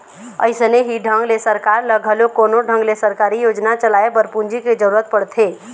अइसने ही ढंग ले सरकार ल घलोक कोनो ढंग ले सरकारी योजना चलाए बर पूंजी के जरुरत पड़थे